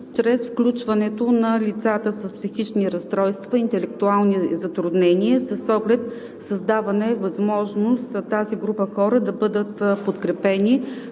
чрез включването на лицата с психични разстройства, интелектуални затруднения с оглед създаване възможност тази група хора да бъдат подкрепени